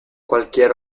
cualquier